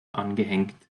angehängt